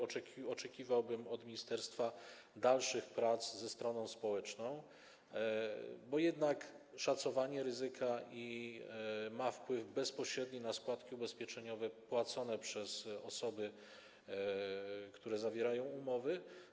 Oczekiwałbym od ministerstwa dalszych prac ze stroną społeczną, bo jednak szacowanie ryzyka ma bezpośredni wpływ na składki ubezpieczeniowe płacone przez osoby, które zawierają umowy.